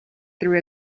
through